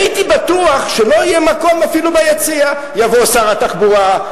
הייתי בטוח שלא יהיה מקום אפילו ביציע: יבוא שר התחבורה,